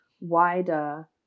wider